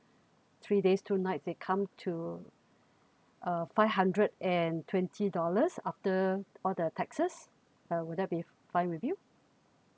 three days two nights it come to uh five hundred and twenty dollars after all the taxes uh would that be fine with you